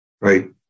right